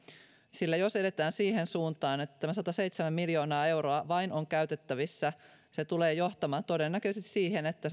sillä jos edetään siihen suuntaan että vain tämä sataseitsemän miljoonaa euroa on käytettävissä se tulee johtamaan todennäköisesti siihen että